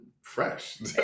Fresh